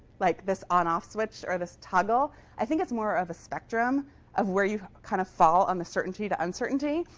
like this on-off switch or this toggle. i think it's more of a spectrum of where you've kind of fall on the certainty to uncertainty.